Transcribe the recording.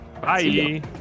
Bye